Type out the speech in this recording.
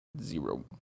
Zero